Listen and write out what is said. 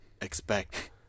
expect